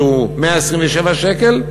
שהוא 127 שקל,